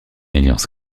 alliance